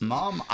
Mom